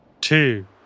two